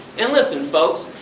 and listen, folks,